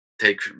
take